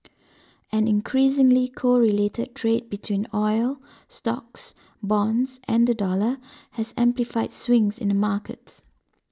an increasingly correlated trade between oil stocks bonds and the dollar has amplified swings in the markets